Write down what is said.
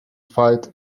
fight